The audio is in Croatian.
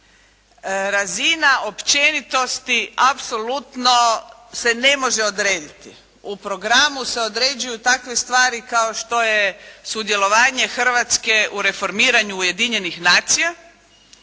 razina općenitosti apsolutno se ne može odrediti. U programu se određuju takve stvari kao što je sudjelovanje Hrvatske u reformiranju Ujedinjenih nacija,